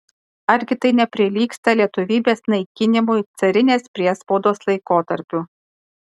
argi tai neprilygsta lietuvybės naikinimui carinės priespaudos laikotarpiu